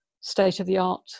state-of-the-art